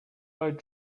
road